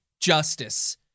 justice